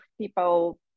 people